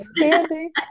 Sandy